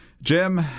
Jim